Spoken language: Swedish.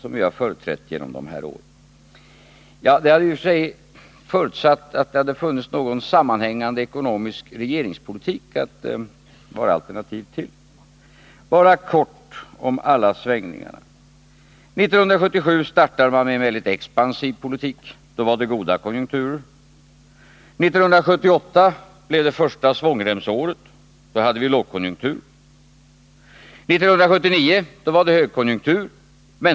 I och för sig hade detta förutsatt att det funnits någon sammanhängande ekonomisk regeringspolitik att ha ett alternativ till. Låt mig i det sammanhanget bara kortfattat relatera alla svängningar som skett i regeringspolitiken. 1977 startade man med en väldigt expansiv politik. Då var det goda konjunkturer. 1978 blev det första svångremsåret. Då hade vi lågkonjunktur. 1979 var det högkonjunktur.